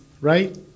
right